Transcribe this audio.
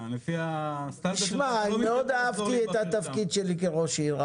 מאוד אהבתי את התפקיד שלי כראש עיר,